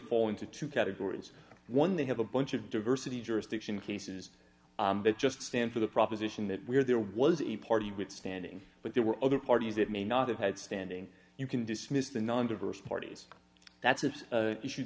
fall into two categories one they have a bunch of diversity jurisdiction cases that just stand for the proposition that where there was a party with standing but there were other parties that may not have had standing you can dismiss the non diverse parties that's of issue